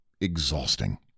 Exhausting